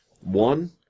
One